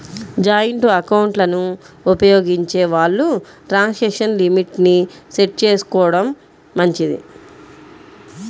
joint ఎకౌంట్లను ఉపయోగించే వాళ్ళు ట్రాన్సాక్షన్ లిమిట్ ని సెట్ చేసుకోడం మంచిది